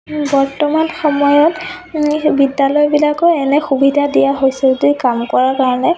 বৰ্তমান সময়ত বিদ্যালয়বিলাকো এনে সুবিধা দিয়া হৈছে যদিও কাম কৰাৰ কাৰণে